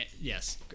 yes